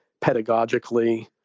pedagogically